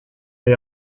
ale